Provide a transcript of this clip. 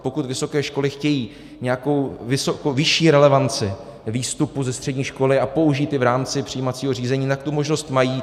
Pokud vysoké školy chtějí nějakou vyšší relevanci výstupu ze střední školy a použít ji v rámci přijímacího řízení, tak tu možnost mají.